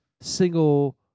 single